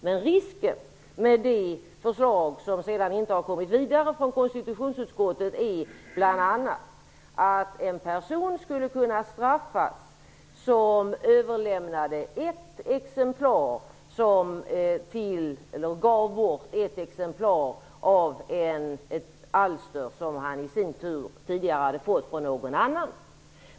Men risken med det förslag som inte har gått vidare från konstitutionsutskottet är bl.a. att en person skulle kunna straffas för att han ger bort ett exemplar av ett alster som han i sin tur har fått från någon annan.